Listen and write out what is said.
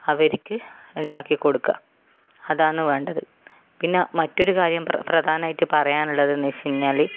അവർക്ക് ഉണ്ടാക്കി കൊടുക്കുക അതാണ് വേണ്ടത് പിന്നെ മറ്റൊരു കാര്യം പ്ര പ്രധാനായിട്ട് പറയാനുള്ളതെന്ന് വെച്ച് കഴിഞ്ഞാല്